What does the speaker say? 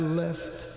left